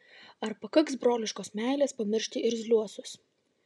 ar pakaks broliškos meilės pamiršti irzliuosius